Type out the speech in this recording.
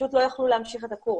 פשוט לא יכלו להמשיך את הקורס,